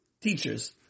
teachers